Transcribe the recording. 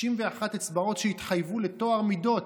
61 אצבעות שהתחייבו לטוהר מידות,